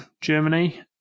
Germany